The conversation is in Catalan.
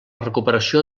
recuperació